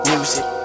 Music